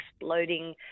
exploding